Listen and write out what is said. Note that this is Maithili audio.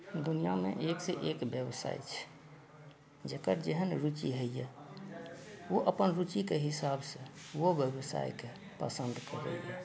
दुनिआँमे एकसँ एक व्यवसाय छै जकर जेहन रुचि होइए ओ अपन रुचिक हिसाबसँ ओ व्यवसायके पसन्द करैए